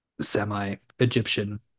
semi-Egyptian